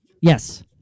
yes